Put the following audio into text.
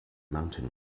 mountain